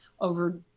over